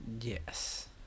Yes